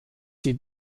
sie